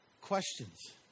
questions